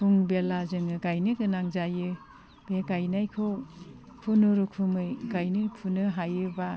फुं बेला जोङो गायनो गोनां जायो बे गायनायखौ खुनुरुखुमै गायनो फुनो हायोबा